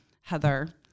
Heather